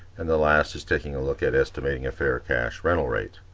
and the last is taking a look at estimating a fair cash rental rate.